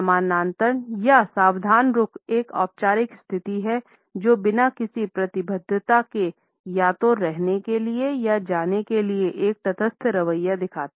समानांतर या सावधान रुख एक औपचारिक स्थिति है जो बिना किसी प्रतिबद्धता के या तो रहने के लिए या जाने के लिए एक तटस्थ रवैया दिखाती है